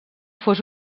fos